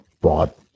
bought